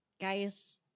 Guys